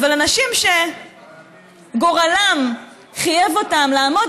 אבל אנשים שגורלם חייב אותם לעמוד